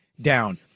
down